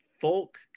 folk